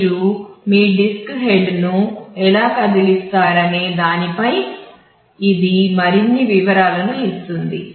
మీరు మీ డిస్క్ హెడ్ను ఎలా కదిలిస్తారనే దానిపై ఇది మరిన్ని వివరాలను ఇస్తుంది